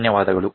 ಧನ್ಯವಾದಗಳು